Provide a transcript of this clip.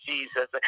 Jesus